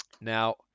Now